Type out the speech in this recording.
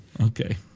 Okay